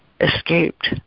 escaped